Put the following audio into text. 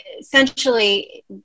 essentially